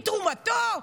כי תרומתו,